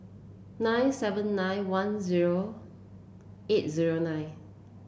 nine seven nine one zero eight zero nine